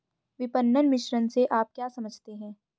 विपणन मिश्रण से आप क्या समझते हैं?